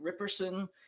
Ripperson